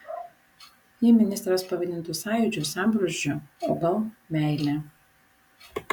jį ministras pavadintų sąjūdžiu sambrūzdžiu o gal meile